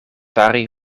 fari